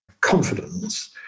confidence